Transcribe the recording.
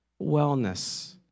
Wellness